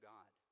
God